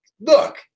look